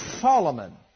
Solomon